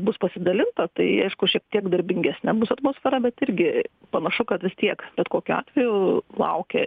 bus pasidalinta tai aišku šiek tiek darbingesnė bus atmosfera bet irgi panašu kad vis tiek bet kokiu atveju laukia